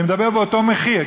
אני מדבר על אותו מחיר,